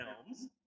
films